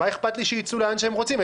מה אכפת לי שיצאו לאן שהם רוצים?